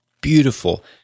Beautiful